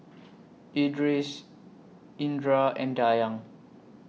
Idris Indra and Dayang